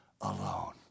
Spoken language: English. alone